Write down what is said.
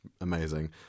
amazing